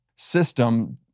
system